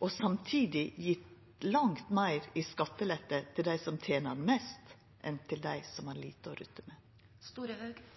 og samtidig gjeve langt meir i skattelette til dei som tener mest, enn til dei som har lite å rutta med?